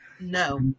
No